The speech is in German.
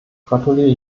gratuliere